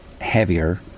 heavier